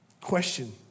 question